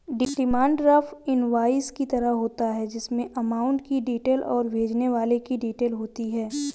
demand draft invoice की तरह होता है जिसमे अमाउंट की डिटेल और भेजने वाले की डिटेल होती है